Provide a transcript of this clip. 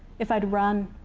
if i'd run.